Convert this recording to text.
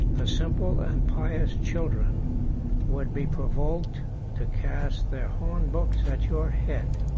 the simple and pious children would be provoked to cast their horn-books at your head.